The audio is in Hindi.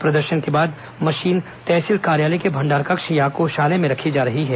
प्रदर्शन के बाद मशीन तहसील कार्यालय के भण्डार कक्ष या कोषालय में रखी जा रही है